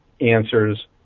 answers